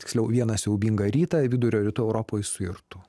tiksliau vieną siaubingą rytą vidurio rytų europoj suirtų